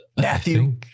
Matthew